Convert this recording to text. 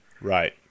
Right